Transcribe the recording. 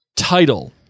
Title